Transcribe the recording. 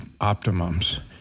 optimums